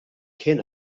cyn